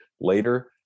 later